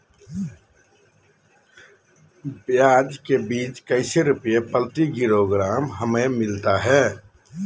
प्याज के बीज कैसे रुपए प्रति किलोग्राम हमिलता हैं?